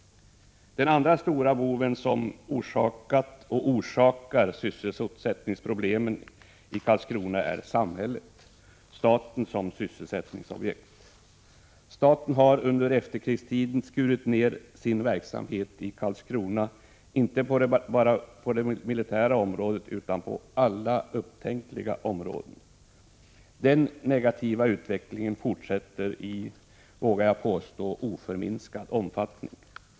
Den andra stora boven, som orsakat och orsakar sysselsättningsproblemen i Karlskrona, är samhället — staten — som sysselsättningsobjekt. Staten har under efterkrigstiden skurit ner sin verksamhet i Karlskrona, inte bara på det militära området utan på alla upptänkliga områden. Den negativa utvecklingen fortsätter i — vågar jag påstå — oförminskad omfattning.